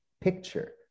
picture